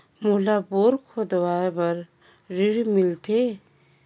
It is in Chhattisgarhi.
मोला बोरा खोदवाय बार ऋण मिलथे?